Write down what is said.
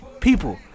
people